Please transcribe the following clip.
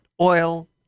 oil